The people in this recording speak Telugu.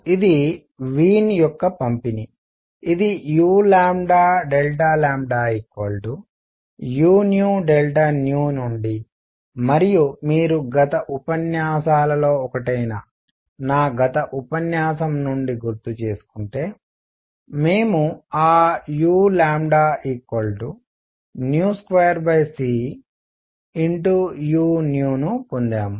ఇది వీన్ యొక్క పంపిణీ ఇది uu నుండి మరియు మీరు గత ఉపన్యాసాలలో ఒకటైన నా గత ఉపన్యాసం నుండి గుర్తుచేసుకుంటే మేము ఆ u2cu ను పొందాము